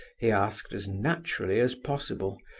he asked, as naturally as possible.